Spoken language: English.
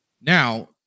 Now